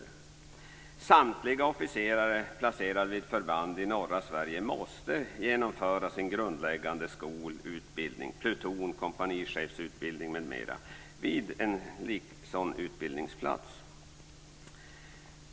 Sverige måste genomföra sin grundläggande skolutbildning, pluton och kompanichefsutbildning, vid en sådan utbildningsplats.